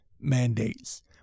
mandates